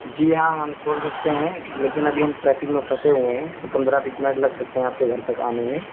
جی ہاں ہم چھوڑ سکتے ہیں لیکن ابھی ہم ٹریفک میں پھنسے ہوئے ہیں تو پندرہ بیس منٹ لگ سکتے ہیں آپ کے گھر تک آنے میں